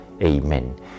Amen